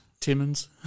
Timmons